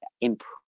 improve